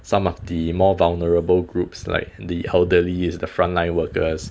some of the more vulnerable groups like the elderly the front line workers